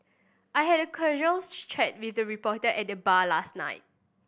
I had a casuals chat with a reporter at the bar last night